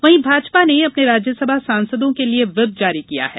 वहीं भाजपा ने अपने राज्यसभा सांसदों के लिए व्हिप जारी किया है